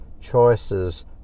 choices